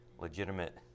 legitimate